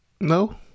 No